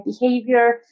behavior